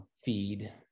feed